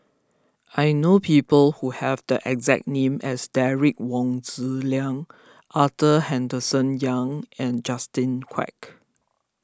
I know people who have the exact name as Derek Wong Zi Liang Arthur Henderson Young and Justin Quek